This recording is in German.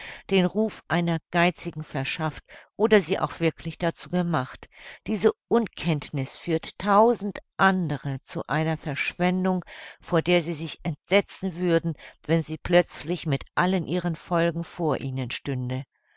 den ruf einer geizigen verschafft oder sie auch wirklich dazu gemacht diese unkenntniß führt tausend andere zu einer verschwendung vor der sie sich entsetzen würden wenn sie plötzlich mit allen ihren folgen vor ihnen stünde